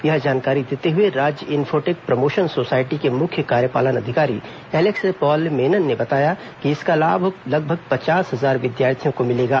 यह जानकारी देते हए राज्य इन्फोटेक प्रमोशन सोसायटी के मुख्य कार्यपालन अधिकारी एलेक्स पॉल मेनन ने बताया कि इसका लाभ लगभग पचास हजार विद्याथियों को मिलेगा